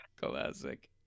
Classic